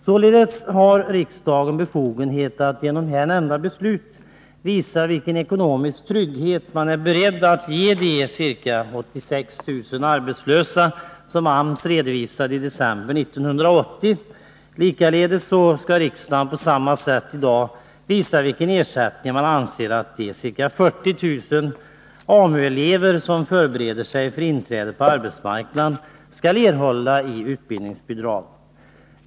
Således har riksdagen befogenhet att genom här nämnda beslut visa vilken ekonomisk trygghet man är beredd att ge de ca 86 000 arbetslösa som AMS redovisade i december 1980. Likaledes skall riksdagen i dag på samma sätt visa vilken ersättning man anser att de ca 40 000 AMU-elever som förbereder sig för inträde på arbetsmarknaden skall erhålla i utbildningsbidrag.